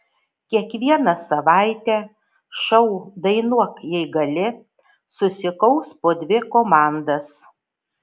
kiekvieną savaitę šou dainuok jei gali susikaus po dvi komandas